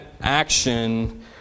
action